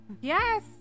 Yes